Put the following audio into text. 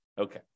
Okay